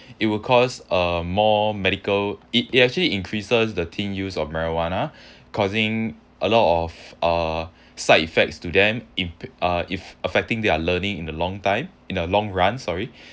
it will cost a more medical it actually increases the teen use of marijuana causing a lot of uh side effects to them in uh if affecting their learning in the long time in the long run sorry